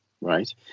right